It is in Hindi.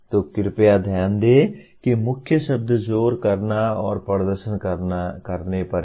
तो कृपया ध्यान दें कि मुख्य शब्द जोर करना और प्रदर्शन करने पर है